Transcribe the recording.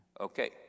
Okay